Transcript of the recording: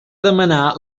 demanar